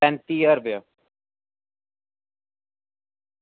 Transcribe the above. पैंती ज्हार रपेआ